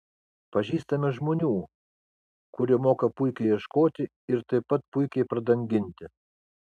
pažįstame žmonių kurie moka puikiai ieškoti ir taip pat puikiai pradanginti